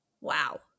Wow